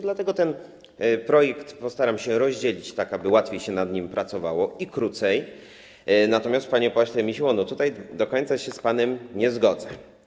Dlatego ten projekt postaram się rozdzielić tak, aby łatwiej się nad nim pracowało i krócej, natomiast, panie pośle Misiło, tutaj do końca się z panem nie zgodzę.